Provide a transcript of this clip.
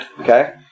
Okay